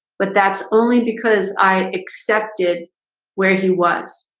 but that's only because i accepted where he was.